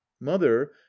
mother